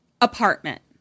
apartment